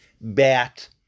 bat